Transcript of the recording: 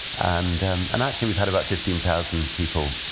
and and and actually, we've had about fifteen thousand people